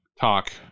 talk